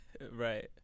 Right